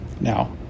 Now